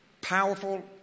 powerful